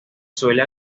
suele